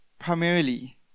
Primarily